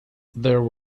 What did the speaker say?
there